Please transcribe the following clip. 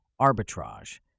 arbitrage